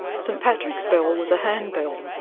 st patrick's bell was a handbell.